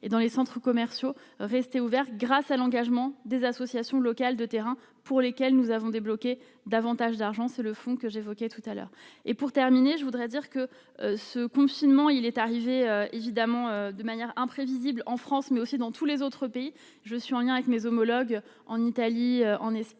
et dans les centres commerciaux, rester ouvert grâce à l'engagement des associations locales de terrain pour lesquels nous avons débloqué davantage d'argent, c'est le fonds que j'évoquais tout à l'heure et pour terminer, je voudrais dire que ce confinement, il est arrivé, évidemment, de manière imprévisible en France mais aussi dans tous les autres pays, je suis en lien avec mes homologues en Italie, en Espagne,